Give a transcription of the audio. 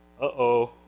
uh-oh